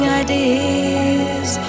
ideas